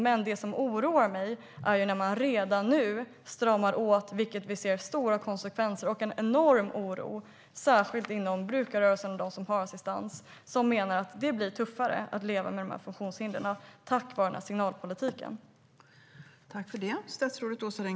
Men det som oroar mig är när man redan nu stramar åt, vilket leder till stora konsekvenser och en enorm oro, särskilt inom brukarrörelsen och bland dem som har assistans, som menar att det blir tuffare att leva med funktionshinder på grund av den här signalpolitiken.